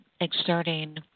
exerting